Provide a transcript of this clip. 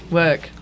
work